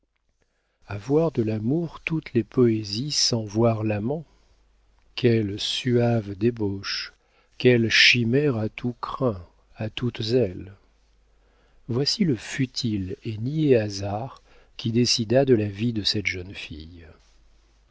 avoir de l'amour toutes les poésies sans voir l'amant quelle suave débauche quelle chimère à tous crins à toutes ailes voici le futile et niais hasard qui décida de la vie de cette jeune fille